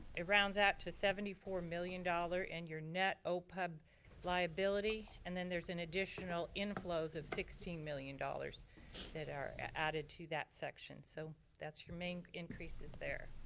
it rounds out to seventy four million dollars and your net opeb liability and then there's an additional inflows of sixteen million dollars that are added to that section so, that's your main increases there.